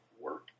work